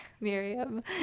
Miriam